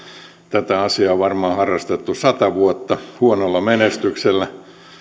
tätä asiaa on harrastettu varmaan sata vuotta huonolla menestyksellä ja vaikka